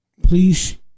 please